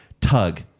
tug